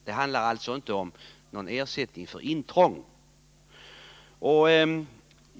Det handlar alltså inte om någon ersättning för intrång.